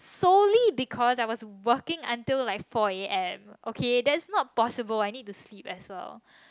sorry because I was working until like four a_m okay that's no possible I need to sleep as well